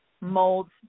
molds